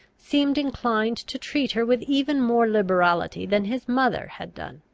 seemed inclined to treat her with even more liberality than his mother had done.